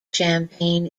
champaign